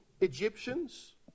Egyptians